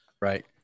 Right